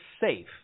safe